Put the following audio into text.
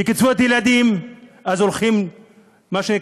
לקצבאות ילדים, הם הולכים להתנחלויות